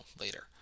later